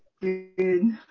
Good